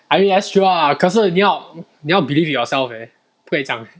I mean that's true lah 可是你要你要 believe in yourself eh 不可以这样